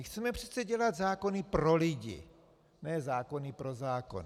Chceme přece dělat zákony pro lidi, ne zákony pro zákony.